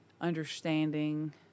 understanding